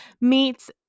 meets